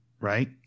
right